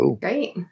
Great